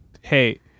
hey